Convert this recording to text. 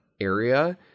area